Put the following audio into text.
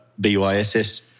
BYSS